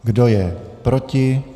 Kdo je proti?